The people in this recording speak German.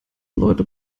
leute